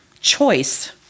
choice